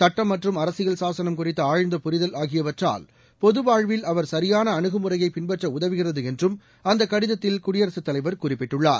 சுட்டம் மற்றும் அரசியல் சாசனம் குறித்த ஆழ்ந்த புரிதல் ஆகியவற்றால் பொதுவாழ்வில் அவர் சரியாள அனுகுமுறையை பின்பற்ற உதவுகிறது என்றும் அந்தக் கடிதத்தில் குடியரசுத் தலைவர் குறிப்பிட்டுள்ளார்